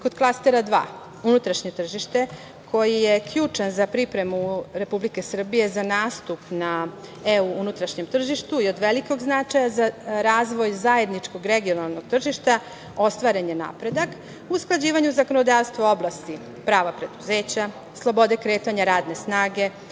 kod klastera dva – unutrašnje tržište, koji je ključan za pripremu Republike Srbije za nastup na EU unutrašnjem tržištu i od velikog značaja za razvoj zajedničkog regionalnog tržišta, ostvaren je napredak. Usklađivanje zakonodavstva u oblasti prava preduzeća, slobode kretanja radne snage